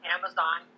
Amazon